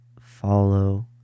follow